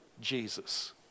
Jesus